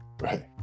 right